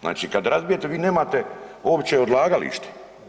Znači kad razbijete vi nemate uopće odlagalište.